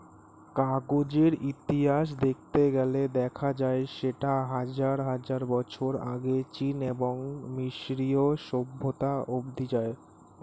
কাগজের ইতিহাস দেখতে গেলে দেখা যায় সেটা হাজার হাজার বছর আগে চীন এবং মিশরীয় সভ্যতা অবধি যায়